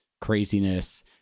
craziness